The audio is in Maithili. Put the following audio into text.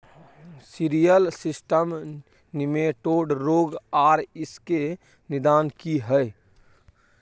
सिरियल सिस्टम निमेटोड रोग आर इसके निदान की हय?